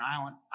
island